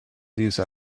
these